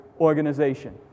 organization